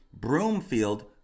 Broomfield